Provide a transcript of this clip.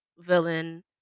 villain